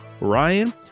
ryan